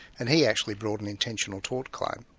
and he actually brought an intentional tort claim.